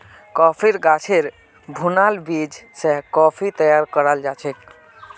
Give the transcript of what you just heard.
कॉफ़ीर गाछेर भुनाल बीज स कॉफ़ी तैयार कराल जाछेक